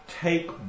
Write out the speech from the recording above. take